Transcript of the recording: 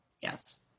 yes